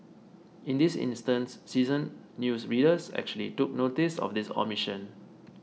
in this instance seasoned news readers actually took noticed of this omission